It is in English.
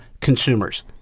consumers